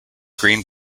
green